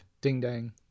ding-dang